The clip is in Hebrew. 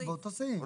באותו סעיף.